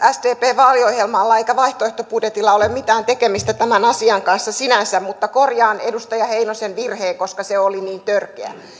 sdpn vaaliohjelmalla tai vaihtoehtobudjetilla ei ole mitään tekemistä tämän asian kanssa sinänsä mutta korjaan edustaja heinosen virheen koska se oli niin törkeä